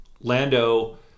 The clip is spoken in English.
Lando